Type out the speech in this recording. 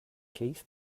keith